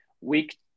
week